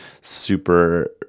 super